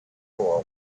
for